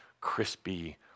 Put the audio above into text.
crispy